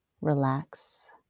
relax